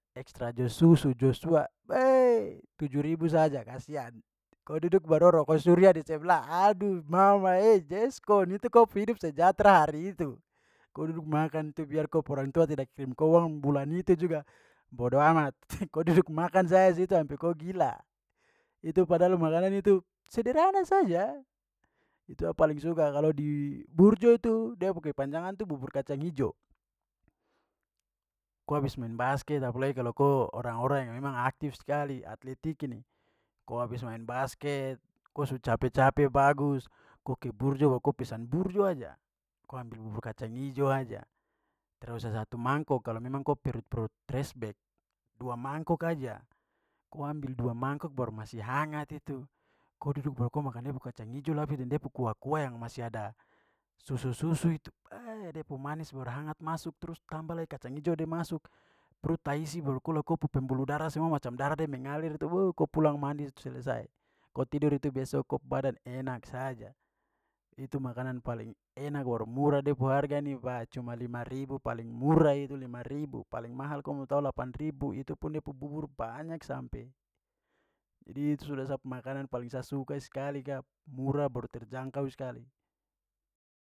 Extra joss susu, josua, beh, tujuh ribu saja kasian. Ko duduk baru roko surya di seblah, aduh mama e yeskon, itu ko pu hidup sejahtra hari itu. Ko duduk makan tu biar ko pu orang tua tidak kirim ko uang bulan itu juga bodo amat ko duduk makan saja situ sampe ko gila. Itu padahal makanan itu sederhana saja itu sa paling suka. Kalo di burjo tu da pu kepanjangan tu bubur kacang ijo. Ko habis main basket apalagi kalo ko orang-orang yang memang aktif skali, atletik ini, ko habis main basket ko su cape-cape bagus ko ke burjo baru ko pesan burjo aja, ko ambil bubur kacang ijo aja, tra usah satu mangkok kalau memang ko perut-perut trash bag, dua mangkok aja. Ko ambil dua mangkok baru masih hangat itu ko duduk baru ko makan dia pu kacang ijo lapis deng de pu kuah-kuah yang masih ada susu-susu itu, beh, de pu manis baru hangat masuk, trus tamba lagi kacang ijo da masuk, perut taisi, baru ko liat ko pu pembuluh darah semua macam darah da mengalir itu, wow, ko pulang mandi selesai. Ko tidur itu besok ko pu badan enak saja. Itu makanan paling enak baru murah da pu harga ni, wah, cuma lima ribu, paling murah itu lima ribu, paling mahal ko mo tahu delapan ribu itupun dia pu bubur banyak sampe. Jadi itu sudah sa pu makanan paling sa suka sekali ka. Murah baru terjangkau skali.